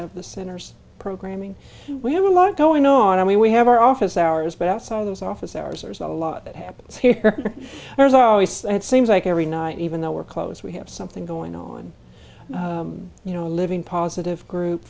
of the center's programming we have a lot going on i mean we have our office hours but outside of those office hours there's a lot that happens here there's always seems like every night even though we're close we have something going on you know living positive group